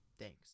Thanks